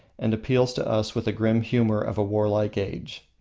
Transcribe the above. and appeals to us with the grim humour of a warlike age.